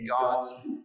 God's